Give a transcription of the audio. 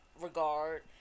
regard